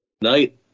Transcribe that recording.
Night